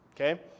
Okay